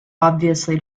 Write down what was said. obviously